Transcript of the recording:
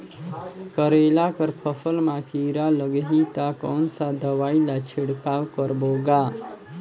करेला कर फसल मा कीरा लगही ता कौन सा दवाई ला छिड़काव करबो गा?